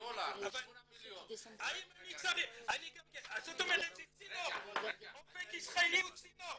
זאת אומרת שאופק ישראלי הוא צינור,